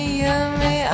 yummy